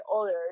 others